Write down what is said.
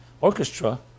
orchestra